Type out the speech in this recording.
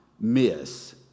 miss